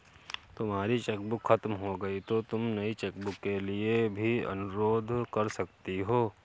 तुम्हारी चेकबुक खत्म हो गई तो तुम नई चेकबुक के लिए भी अनुरोध कर सकती हो